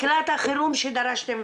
מקלט החירום שדרשתם,